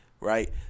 right